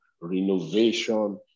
renovation